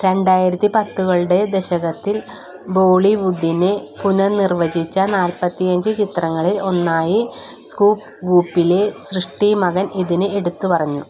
രണ്ടായിരത്തി പത്തുകളുടെ ദശകത്തിൽ ബോളിവുഡിനെ പുനർനിർവചിച്ച നാൽപ്പത്തിയഞ്ച് ചിത്രങ്ങളിൽ ഒന്നായി സ്കൂപ് വൂപ്പിലെ സൃഷ്ടി മഗൻ ഇതിനെ എടുത്തുപറഞ്ഞു